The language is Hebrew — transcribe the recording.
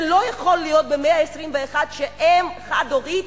זה לא יכול להיות במאה ה-21 שאם חד-הורית